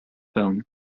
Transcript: film